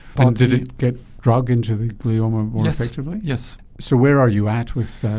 but did it get drug into the glioma more effectively yes. so where are you at with ah